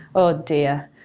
oh, dear.